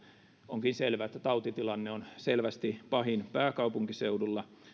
onkin selvä että tautitilanne on selvästi pahin pääkaupunkiseudulla